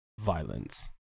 Violence